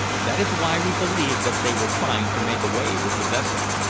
that is why we believed that they were trying to make away with the vessel.